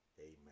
Amen